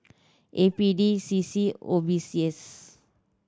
A P D C C and O B C S